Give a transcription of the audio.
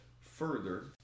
further